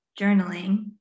journaling